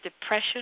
depression